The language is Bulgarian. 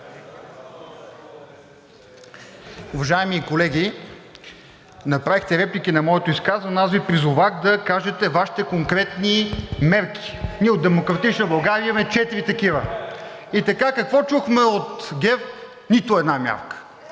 Уважаеми колеги, направихте реплики на моето изказване, аз Ви призовах да кажете Вашите конкретни мерки. Ние от „Демократична България“ имаме четири такива. И така, какво чухме от ГЕРБ? Нито една мярка!